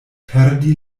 perdi